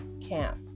camp